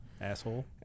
asshole